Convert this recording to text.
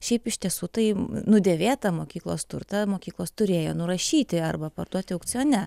šiaip iš tiesų tai nudėvėtą mokyklos turtą mokyklos turėjo nurašyti arba parduoti aukcione